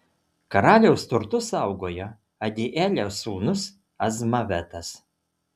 karaliaus turtus saugojo adielio sūnus azmavetas